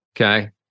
Okay